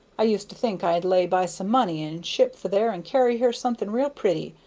i used to think i'd lay by some money and ship for there and carry her something real pretty.